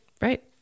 right